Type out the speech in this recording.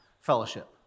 fellowship